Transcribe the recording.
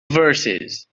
verses